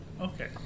okay